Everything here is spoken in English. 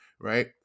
right